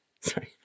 Sorry